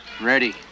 Ready